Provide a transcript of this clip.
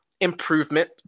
improvement